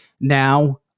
now